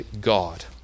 God